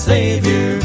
Savior